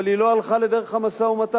אבל היא לא הלכה לדרך המשא-ומתן,